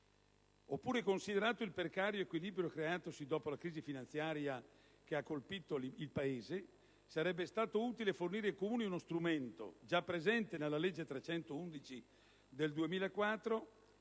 Oppure, considerato il precario equilibrio creatosi dopo la crisi finanziaria che ha colpito il nostro Paese, sarebbe stato utile fornire ai Comuni uno strumento, già presente nella legge n. 311 del 2004,